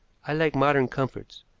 i like modern comforts,